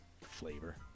flavor